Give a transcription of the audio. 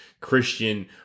Christian